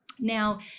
Now